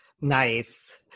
Nice